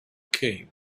came